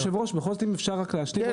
היושב-ראש, בכל זאת אם אפשר להשלים משפט?